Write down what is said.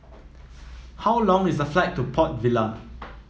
how long is the flight to Port Vila